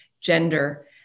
gender